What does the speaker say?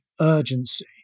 urgency